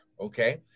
okay